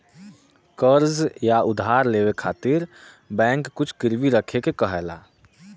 कर्ज़ या उधार लेवे खातिर बैंक कुछ गिरवी रखे क कहेला